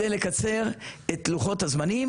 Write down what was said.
לקצר את לוחות הזמנים.